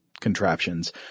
contraptions